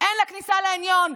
אין לה כניסה לעליון,